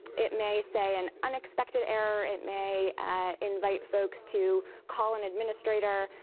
it may say an unexpected error, it may invite folks to call an administrator,